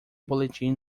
boletim